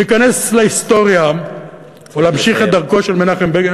להיכנס להיסטוריה או להמשיך את דרכו של מנחם בגין.